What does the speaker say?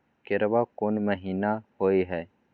केराव कोन महीना होय हय?